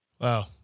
Wow